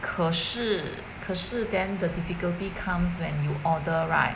可是可是 then the difficulty comes when you order right